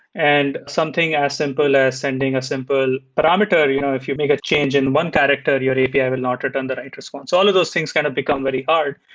and something as simple as sending a simple parameter, you know if you make a change in one character, your api and will not return the right response. all of those things kind of become very hard.